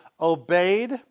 obeyed